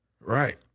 Right